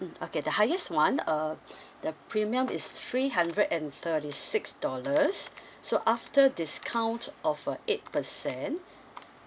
mm okay the highest [one] uh the premium is three hundred and thirty six dollars so after discount of a eight percent